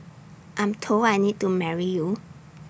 I'm told I need to marry you